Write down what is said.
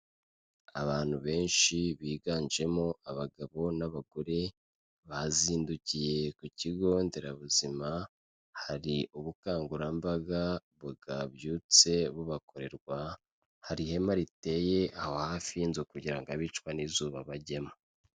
Abantu benshi biganjemo abagabo n'abagore bazindukiye ku kigo nderabuzima, hari ubukangurambaga bwabyutse bubakorerwa, hari ihema riteye aho hafi y'inzu kugirango abicwa n'izuba bagemo.